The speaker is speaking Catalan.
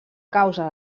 causa